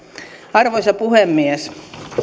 arvoisa puhemies